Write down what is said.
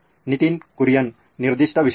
ನಿತಿನ್ ಕುರಿಯನ್ ನಿರ್ದಿಷ್ಟ ವಿಷಯ